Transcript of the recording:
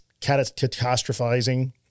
catastrophizing